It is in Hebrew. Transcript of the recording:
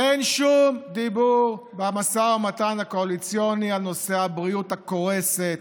ואין שום דיבור במשא-ומתן הקואליציוני על נושא הבריאות הקורסת